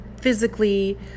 physically